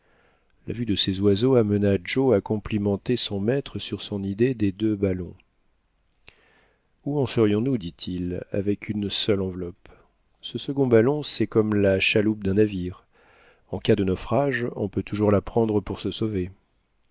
la vue de ces oiseaux amena joe à complimenter son maître sur son idée des deux ballons où en serions-nous dit-il avec une seule enveloppe ce second ballon c'est comme la chaloupe d'un navire en cas de naufrage on peut toujours la prendre pour se sauver